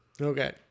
Okay